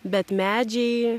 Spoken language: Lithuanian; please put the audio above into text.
bet medžiai